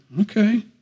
Okay